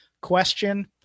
question